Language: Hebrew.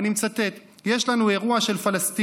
אני מצטט: "יש לנו אירוע של פלסטיני